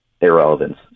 Irrelevance